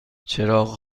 چراغ